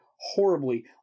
horribly